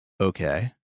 Okay